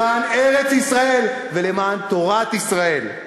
למען ארץ-ישראל ולמען תורת ישראל.